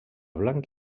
blanc